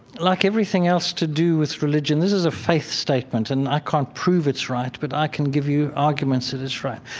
like everything else to do with religion, this is a faith statement, and i can't prove it's right, but i can give you arguments that it's right.